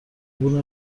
عبور